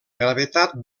gravetat